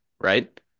right